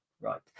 Right